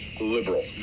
Liberal